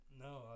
no